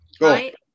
right